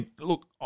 Look